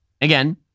again